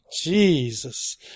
Jesus